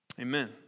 Amen